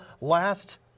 last